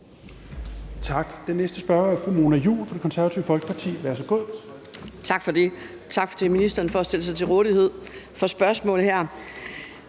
Tak. Den næste spørger er fru Mona Juul fra Det Konservative Folkeparti. Værsgo. Kl. 10:52 Mona Juul (KF): Tak for det, og tak til ministeren for at stille sig til rådighed for spørgsmål her.